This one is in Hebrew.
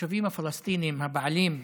והתושבים הפלסטינים, הבעלים,